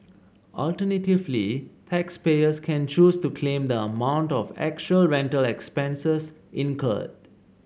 alternatively taxpayers can choose to claim the amount of actual rental expenses incurred